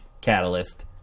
Catalyst